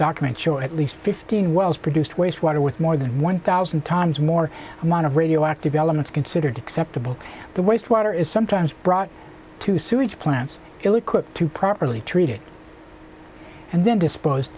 documents or at least fifteen wells produced waste water with more than one thousand times more amount of radioactive elements considered acceptable the waste water is sometimes brought to sewage plants ill equipped to properly treat it and then dispose